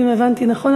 אם הבנתי נכון,